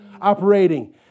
operating